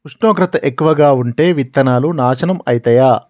ఉష్ణోగ్రత ఎక్కువగా ఉంటే విత్తనాలు నాశనం ఐతయా?